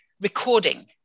recording